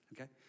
Okay